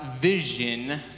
vision